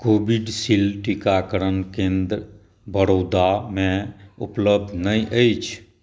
Covishield टीकाकरण केन्द्र बड़ौदामे उपलब्ध नहि अछि